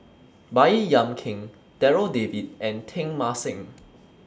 Baey Yam Keng Darryl David and Teng Mah Seng